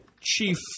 chief